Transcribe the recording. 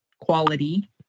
Quality